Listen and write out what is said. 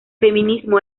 feminismo